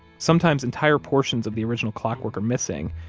sometimes, entire portions of the original clockwork are missing,